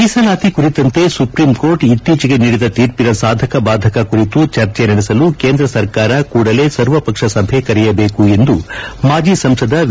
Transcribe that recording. ಮೀಸಲಾತಿ ಕುರಿತಂತೆ ಸುಪ್ರೀಂಕೋರ್ಟ್ ಇಕ್ತೀಚೆಗೆ ನೀಡಿದ ತೀರ್ಪಿನ ಸಾಧಕ ಭಾದಕ ಕುರಿತು ಚರ್ಚೆ ನಡೆಸಲು ಕೇಂದ್ರ ಸರ್ಕಾರ ಕೂಡಲೇ ಸರ್ವಪಕ್ಷ ಸಭೆ ಕರೆಯಬೇಕು ಎಂದು ಮಾಜಿ ಸಂಸದ ವಿ